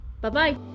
Bye-bye